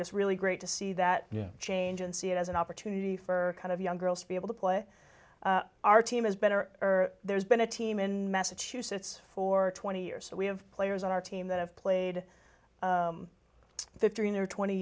just really great to see that you change and see it as an opportunity for kind of young girls to be able to play our team is better or there's been a team in massachusetts for twenty years we have players on our team that have played fifteen or twenty